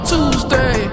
Tuesday